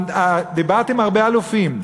דיברתי עם הרבה אלופים,